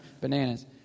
bananas